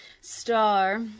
star